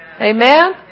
Amen